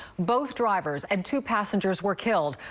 both drivers and two passengers were killed.